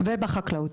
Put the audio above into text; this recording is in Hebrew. ובחקלאות.